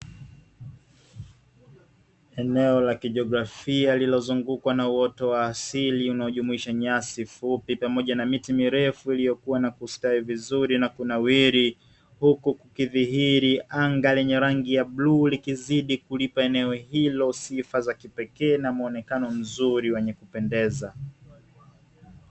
Eneo la kijografia lililozungukwa na uoto wa asili unaojumuisha nyasi fupi pamoja na miti mirefu iliyokuwa na kustawi vizuri na kunawiri. Huku kukudhihiri anga lenye rangi ya bluu likizidi kulipa eneo hilo sifa za kipekee na muonekano mzuri wenye kupendeza.